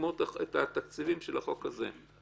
לגמור את התקציבים של החוק הזה.